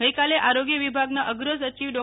ગઈકાલે આરોગ્ય વિભાગના અગ્ર સચિવ ડૉ